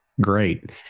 Great